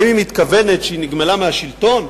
האם היא מתכוונת שהיא נגמלה מהשלטון,